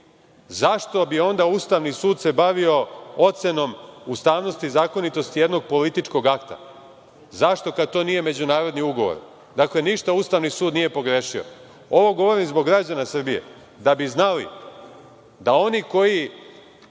Zašto bi onda Ustavni sud se bavio ocenom ustavnosti i zakonitosti jednog političkog akta? Zašto kada to nije međunarodni ugovor? Dakle, ništa Ustavni sud nije pogrešio. Ovo govorim zbog građana Srbije, da bi znali da oni koji